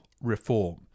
reform